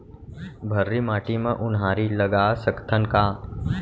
भर्री माटी म उनहारी लगा सकथन का?